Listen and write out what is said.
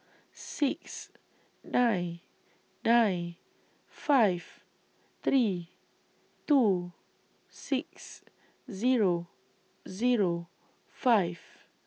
six nine nine five three two six Zero Zero five